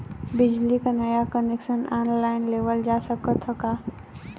बिजली क नया कनेक्शन ऑनलाइन लेवल जा सकत ह का?